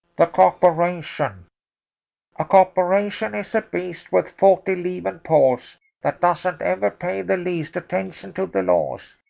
the copperation a copperation is a beast with forty leven paws that doesn't ever pay the least attention to the laws.